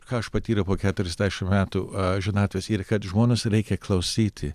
ką aš patyriau po keturiasdešimt metų ženatvės ir kad žmonos reikia klausyti